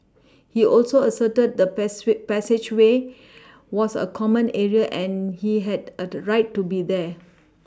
he also asserted the pass way passageway was a common area and he had a right to be there